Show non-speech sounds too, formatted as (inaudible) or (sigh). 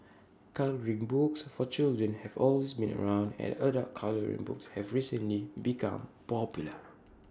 colouring books for children have always been around and adult colouring books have recently become popular (noise)